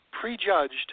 Prejudged